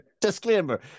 Disclaimer